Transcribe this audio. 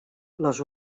les